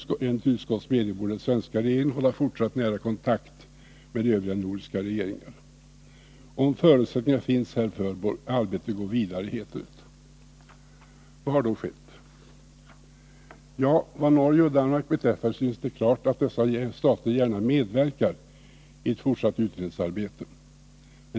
Enligt utskottets mening bör den svenska regeringen hålla fortsatt nära kontakt med övriga nordiska regeringar i frågan —-—-. Om förutsättningar finns härför bör arbetet gå vidare.” Vad har då skett? Vad Norge och Danmark beträffar synes det klarlagt att dessa stater gärna medverkar i ett fortsatt utredningsarbete.